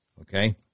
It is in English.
Okay